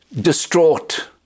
distraught